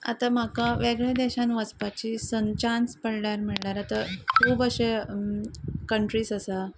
आतां म्हाका वेगळ्या देशांत वचपाची संद चान्स पडल्यार म्हणल्यार आतां खूब अशे कंट्रीज आसा